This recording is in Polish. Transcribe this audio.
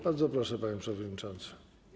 Bardzo proszę, panie przewodniczący.